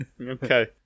Okay